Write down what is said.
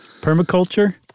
Permaculture